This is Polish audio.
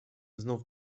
znów